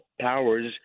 Powers